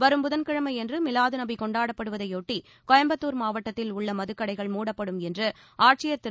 வரும் புதன்கிழமையன்று மிலாது நபி கொண்டாடப்படுவதை ஒட்டி கோயம்புத்தூர் மாவட்டத்தில் உள்ள மதுக்கடைகள் மூடப்படும் என்று ஆட்சியர் திரு